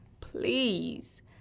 please